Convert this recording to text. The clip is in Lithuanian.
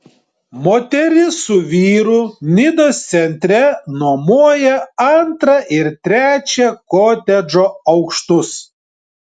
moteris su vyru nidos centre nuomoja antrą ir trečią kotedžo aukštus